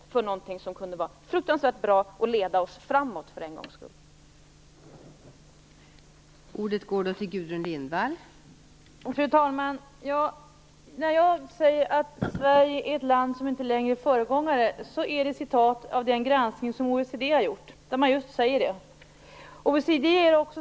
Detta är någonting som kunde vara oerhört bra och som för en gångs skull kunde leda oss framåt.